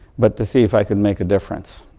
but to see if i could make a difference.